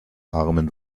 armen